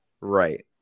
Right